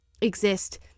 exist